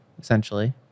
essentially